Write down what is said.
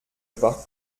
war